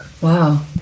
Wow